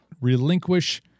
relinquish –